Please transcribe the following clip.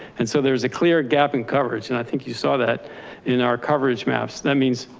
and so there's a clear gap in coverage, and i think you saw that in our coverage maps, that means.